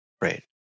Right